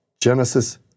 Genesis